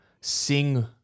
sing